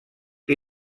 que